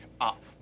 up